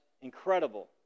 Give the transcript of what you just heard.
incredible